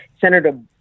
Senator